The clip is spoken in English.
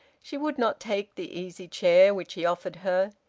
she would not take the easy chair which he offered her.